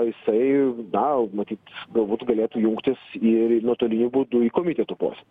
jisai na matyt galbūt galėtų jungtis ir nuotoliniu būdu į komiteto posėdį